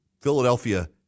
Philadelphia